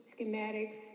schematics